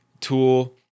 tool